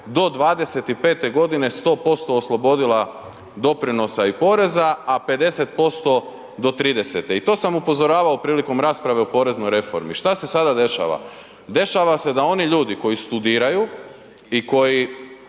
do 25-te godine 100% oslobodila doprinosa i poreza a 50% do 30-te. I to sam upozoravao prilikom rasprave o poreznoj reformi. Šta se sada dešava? Dešava se da oni ljudi koji studiraju i koji